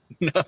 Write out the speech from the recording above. No